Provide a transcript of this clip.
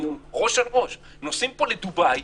נוסעים פה לדובאי